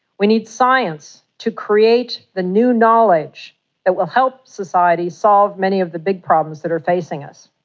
we need science to create the new knowledge that will help societies solve many of the big problems that are facing us.